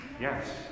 Yes